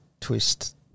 twist